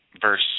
verse